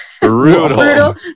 brutal